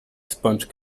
sponge